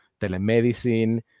telemedicine